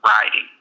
writing